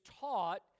taught